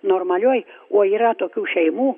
normalioj o yra tokių šeimų